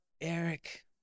Eric